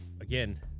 again